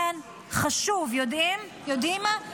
כן, חשוב, יודעים מה?